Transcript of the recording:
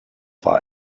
war